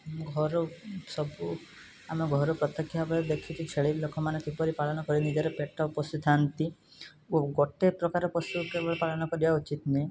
ଆମ ଘର ସବୁ ଆମ ଘରୁ ପ୍ରତକ୍ଷ ଭାବରେ ଦେଖିଛୁ ଛେଳି ଲୋକମାନେ କିପରି ପାଳନ କରି ନିଜର ପେଟ ପୋଷିଥାନ୍ତି ଓ ଗୋଟେ ପ୍ରକାର ପଶୁ କେବଳ ପାଳନ କରିବା ଉଚିତ୍ ନୁହେଁ